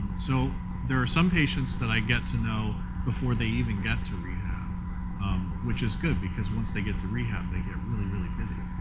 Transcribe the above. so there are some patients that i get to know before they even got to rehab which is good because once they get to rehab they get really, really busy.